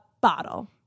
bottle